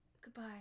goodbye